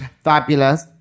fabulous